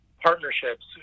Partnerships